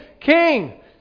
King